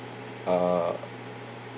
uh